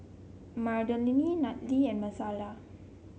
Madilynn Natalee and Messiah